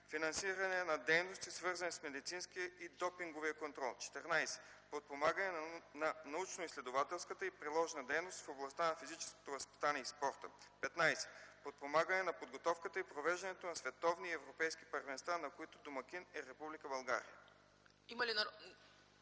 финансиране на дейности, свързани с медицинския и допинговия контрол; 14. подпомагане на научноизследователската и приложната дейност в областта на физическото възпитание и спорта; 15. подпомагане на подготовката и провеждането на световни и европейски първенства, на които домакин е Република България.”